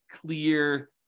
clear